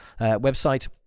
website